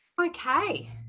Okay